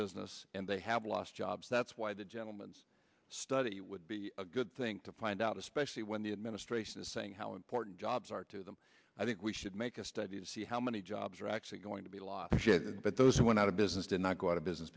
business and they have lost jobs that's why the gentlemen's study would be a good thing to find out especially when the administration is saying how important jobs are to them i think we should make a study to see how many jobs are actually going to be lost but those who went out of business did not go out of business